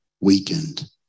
weakened